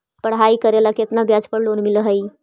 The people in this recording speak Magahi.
पढाई करेला केतना ब्याज पर लोन मिल हइ?